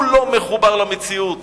הוא לא מחובר למציאות,